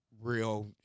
real